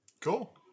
Cool